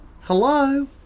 Hello